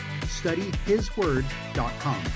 studyhisword.com